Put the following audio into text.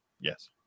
Yes